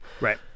right